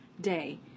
day